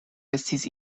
estis